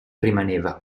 rimaneva